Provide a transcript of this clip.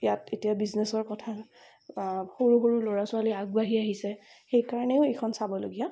ইয়াত এতিয়া বিজনেচৰ কথা সৰু সৰু ল'ৰা ছোৱালী আগবাঢ়ি আহিছে সেইকাৰণেও এইখন চাবলগীয়া